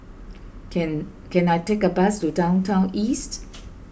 can can I take a bus to Downtown East